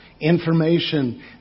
information